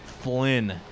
Flynn